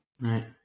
Right